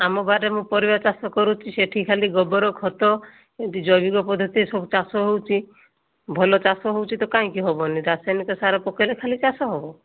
ଆମ ଘରେ ମୁଁ ପରିବା ଚାଷ କରୁଛି ସେଠି ଖାଲି ଗୋବର ଖତ ଜୈବିକ ପଦ୍ଧତିରେ ସବୁ ଚାଷ ହେଉଛି ଭଲ ଚାଷ ହେଉଛି ତ କାହିଁକି ହେବନି ରାସାୟନିକ ସାର ପକେଇଲେ ଖାଲି ଚାଷ ହେବ